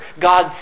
God's